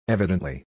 Evidently